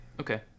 Okay